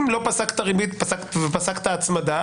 אם לא פסק את הריבית ופסק את ההצמדה,